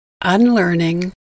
unlearning